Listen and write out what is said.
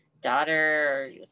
daughter